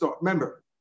remember